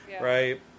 right